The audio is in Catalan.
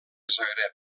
zagreb